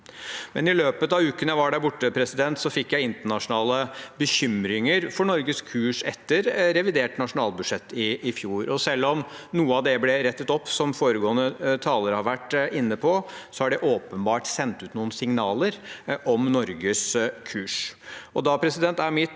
I løpet av uken jeg var der borte, fikk jeg internasjonale bekymringer for Norges kurs etter revidert nasjonalbudsjett i fjor. Selv om noe av det ble rettet opp, som foregående taler har vært inne på, har det åpenbart sendt ut noen signaler om Norges kurs. Da er mitt